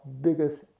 biggest